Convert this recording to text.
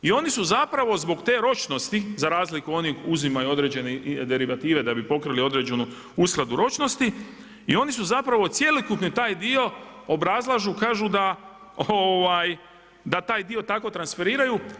I oni su zapravo zbog te ročnosti za razliku, oni uzimaju određene derivative da bi pokrili određenu uskladbu ročnosti i oni su zapravo cjelokupni taj dio obrazlažu, kažu da taj dio tako transferiraju.